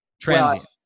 transient